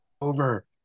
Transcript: over